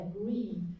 agree